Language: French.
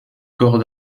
corps